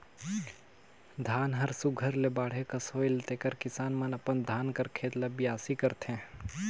धान हर सुग्घर ले बाढ़े कस होएल तेकर किसान मन अपन धान कर खेत ल बियासी करथे